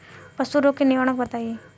पशु रोग के निवारण बताई?